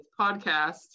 podcast